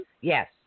Yes